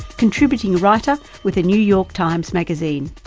contributing writer with the new york times magazine.